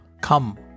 come